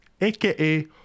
aka